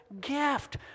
gift